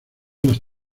las